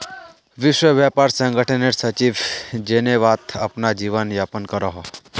विश्व व्यापार संगठनेर सचिव जेनेवात अपना जीवन यापन करोहो